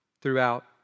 throughout